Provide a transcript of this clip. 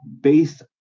based